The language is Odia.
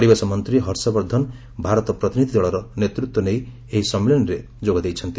ପରିବେଶ ମନ୍ତ୍ରୀ ହର୍ଷବର୍ଦ୍ଧନ ଭାରତୀ ପ୍ରତିନିଧି ଦଳର ନେତୃତ୍ୱ ନେଇ ଏହି ସମ୍ମିଳନୀରେ ଯୋଗ ଦେଇଛନ୍ତି